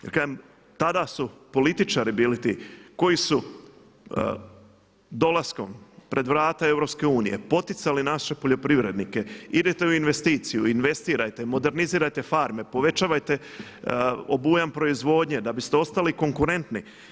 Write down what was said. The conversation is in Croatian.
Jer kažem tada su političari bili ti koji su dolaskom pred vrata EU poticali naše poljoprivrednike idete li u investiciju, investirajte, modernizirajte farme, povećavajte obujam proizvodnje da biste ostali konkurentni.